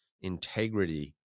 integrity